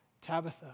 Tabitha